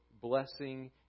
blessing